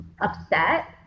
upset